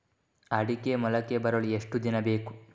ಅಡಿಕೆ ಮೊಳಕೆ ಬರಲು ಎಷ್ಟು ದಿನ ಬೇಕು?